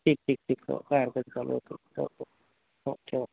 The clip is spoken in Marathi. ठीक ठीक ठीक हो काही हरकत नाही हो हो ओके ओके